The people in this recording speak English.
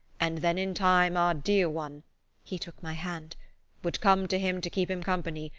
and then in time our dear one he took my hand would come to him to keep him company,